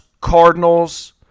cardinals